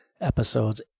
episodes